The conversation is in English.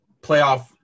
Playoff